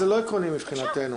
זה לא עקרוני מבחינתנו.